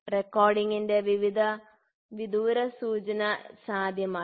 റെക്കോർഡിംഗിന്റെ വിദൂര സൂചന സാധ്യമാണ്